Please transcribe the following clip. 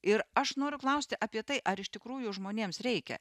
ir aš noriu klausti apie tai ar iš tikrųjų žmonėms reikia